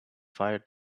fire